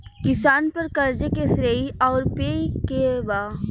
किसान पर क़र्ज़े के श्रेइ आउर पेई के बा?